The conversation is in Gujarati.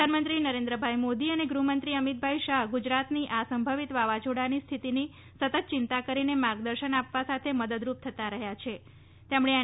પ્રધાનમંત્રી શ્રી નરેન્દ્રભાઇ મોદી અને ગૃહ મંત્રી શ્રી અમિતભાઇ શાહ ગુજરાતની આ સંભવિત વાવાઝોડાની સ્થિતીની સતત યિંતા કરીને માર્ગદર્શન આપવા સાથે મદદરૂપ થતા રહ્યા છે તેમણે એન